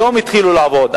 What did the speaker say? היום התחילו לעבוד.